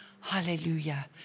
Hallelujah